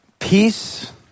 Peace